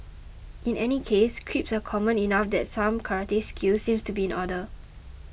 in any case creeps are common enough that some karate skills seem to be in order